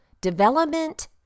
Development